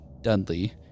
Dudley